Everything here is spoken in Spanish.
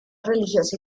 religiosa